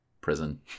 prison